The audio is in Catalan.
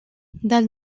del